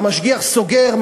והמשגיח סוגר,